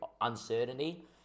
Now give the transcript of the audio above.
uncertainty